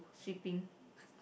shipping